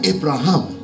Abraham